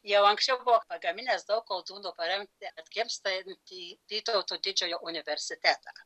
jau anksčiau buvo pagaminęs daug koldūnų paremti atgimstantį vytauto didžiojo universitetą